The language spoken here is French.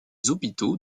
hôpitaux